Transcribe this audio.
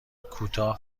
کوتاه